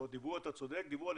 אתה צודק, דיברו על